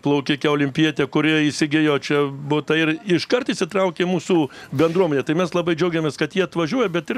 plaukikę olimpietę kuri įsigijo čia butą ir iškart įsitraukė mūsų bendruomenę tai mes labai džiaugiamės kad ji atvažiuoja bet ir